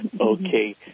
Okay